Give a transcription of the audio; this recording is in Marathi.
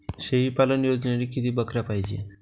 शेळी पालन योजनेसाठी किती बकऱ्या पायजे?